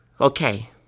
Okay